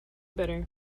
better